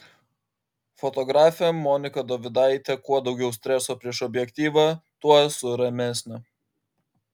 fotografė monika dovidaitė kuo daugiau streso prieš objektyvą tuo esu ramesnė